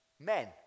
Men